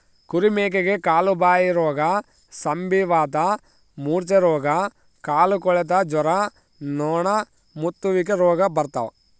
ಕುರಿ ಮೇಕೆಗೆ ಕಾಲುಬಾಯಿರೋಗ ಸಂಧಿವಾತ ಮೂರ್ಛೆರೋಗ ಕಾಲುಕೊಳೆತ ಜ್ವರ ನೊಣಮುತ್ತುವಿಕೆ ರೋಗ ಬರ್ತಾವ